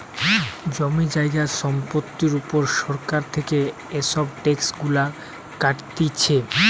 জমি জায়গা সম্পত্তির উপর সরকার থেকে এসব ট্যাক্স গুলা কাটতিছে